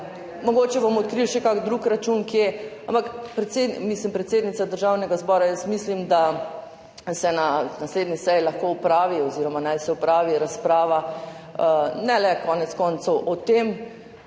mogoče bomo odkrili še kak drug račun kje, ampak predvsem mislim, predsednica Državnega zbora, jaz mislim, da se na naslednji seji lahko opravi oziroma naj se opravi razprava ne le konec koncev o tem,